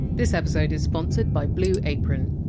this episode is sponsored by blue apron.